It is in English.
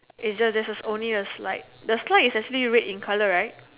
it's just there's only a slide the slide is actually red in colour right